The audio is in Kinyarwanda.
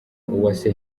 uwase